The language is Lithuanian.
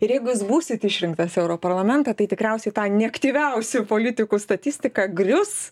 ir jeigu jūs būsit išrinktas į europarlamentą tai tikriausiai ta neaktyviausių politikų statistika grius